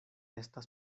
estas